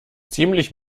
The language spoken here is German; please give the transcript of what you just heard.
ziemlich